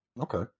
Okay